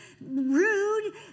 rude